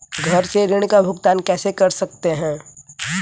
घर से ऋण का भुगतान कैसे कर सकते हैं?